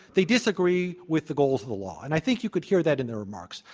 they disagree with the goals of the law. and i think you could hear that in their remarks.